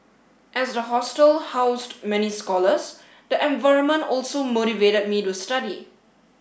as the hostel housed many scholars the environment also motivated me to study